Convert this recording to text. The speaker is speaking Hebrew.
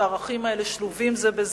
שהערכים האלה שלובים בה זה בזה,